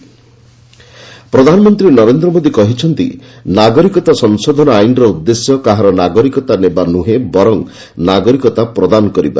Kolkata citizenship ପ୍ରଧାନମନ୍ତ୍ରୀ ନରେନ୍ଦ୍ର ମୋଦି କହିଛନ୍ତି' ନାଗରିକତା ସଂଶୋଧନ ଆଇନର ଉଦ୍ଦେଶ୍ୟ କାହାର ନାଗରିକତା ନେବା ନୁହେଁ ବରଂ ନାଗରିକତା ପ୍ରଦାନ କରିବା